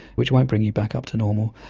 which won't bring you back up to normal.